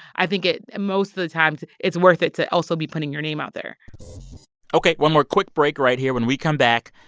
i think ah most of the times it's worth it to also be putting your name out there ok. one more quick break right here. when we come back,